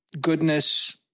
goodness